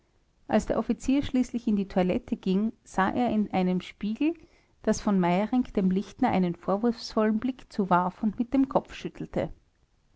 als der offizier schließlich in die toilette ging sah er in einem spiegel daß v meyerinck dem lichtner einen vorwurfsvollen blick zuwarf und mit dem kopf schüttelte